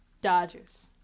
Dodgers